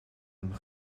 een